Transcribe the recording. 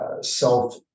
self